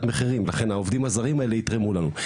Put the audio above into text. מחירים ולכן העובדים הזרים האלה יתרמו לנו.